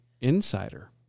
insider